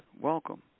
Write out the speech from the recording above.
Welcome